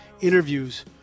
interviews